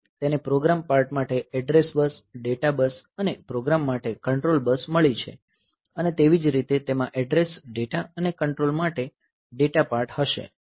તેને program part માટે address bus data bus અને પ્રોગ્રામ માટે કંટ્રોલ બસ મળી છે અને તેવી જ રીતે તેમાં એડ્રેસ ડેટા અને કંટ્રોલ માટે ડેટા પાર્ટ હશે